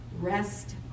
rest